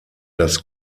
das